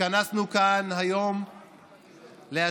התכנסנו כאן היום להשביע